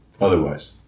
otherwise